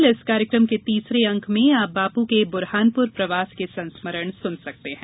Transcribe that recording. कल इस कार्यक्रम के तीसरे अंक में आप बापू के बुरहानपुर प्रवास के संस्मरण सुन सकते हैं